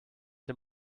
dem